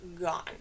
gone